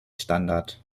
standard